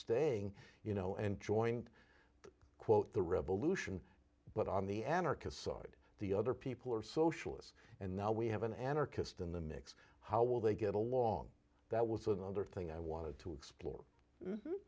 staying you know and joined quote the revolution but on the anarchist side the other people are socialists and now we have an anarchist in the mix how will they get along that was another thing i wanted to explore